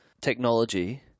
technology